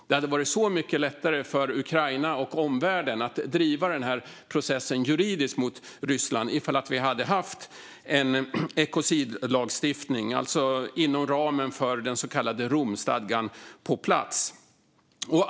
Det hade varit så mycket lättare för Ukraina och omvärlden att driva den processen juridiskt mot Ryssland om vi hade haft en ekocidlagstiftning inom ramen för den så kallade Romstadgan på plats.